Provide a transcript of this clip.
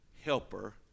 helper